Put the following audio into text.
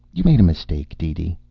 you made a mistake, deedee.